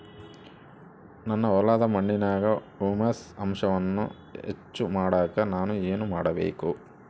ನನ್ನ ಹೊಲದ ಮಣ್ಣಿನಾಗ ಹ್ಯೂಮಸ್ ಅಂಶವನ್ನ ಹೆಚ್ಚು ಮಾಡಾಕ ನಾನು ಏನು ಮಾಡಬೇಕು?